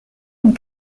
une